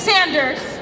Sanders